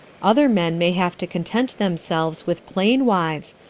other men may have to content themselves with plain wives,